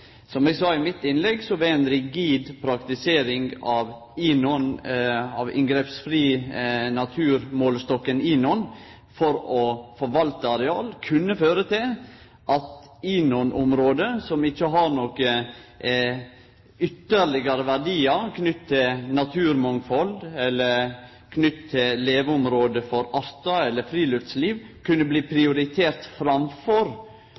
Som eg sa i mitt innlegg, vil ei rigid praktisering av den inngrepsfrie naturmålestokken INON for å forvalte areal, kunne føre til at INON-område som ikkje har nokon ytterlegare verdiar knytte til naturmangfald eller knytte til leveområde for artar eller friluftsliv, kunne bli prioriterte framfor